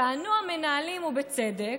טענו המנהלים, ובצדק,